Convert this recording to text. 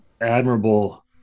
admirable